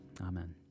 Amen